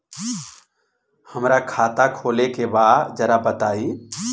हमरा खाता खोले के बा जरा बताई